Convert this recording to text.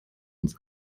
uns